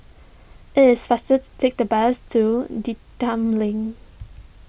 it is faster to take the bus to Link